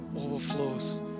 overflows